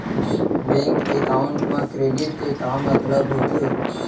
Bank account मा credit के का मतलब होथे?